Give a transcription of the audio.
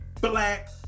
black